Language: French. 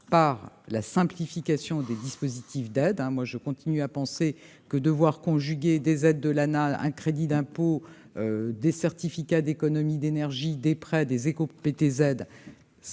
par une simplification des dispositifs d'aide. Je continue à penser que devoir conjuguer des aides de l'ANAH, un crédit d'impôt, des certificats d'économie d'énergie, des éco-PTZ